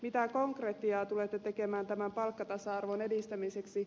mitä konkretiaa tulette tekemään tämän palkkatasa arvon edistämiseksi